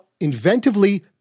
inventively